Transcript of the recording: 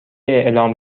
اعلام